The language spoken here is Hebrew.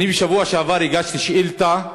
בשבוע שעבר הגשתי שאילתה,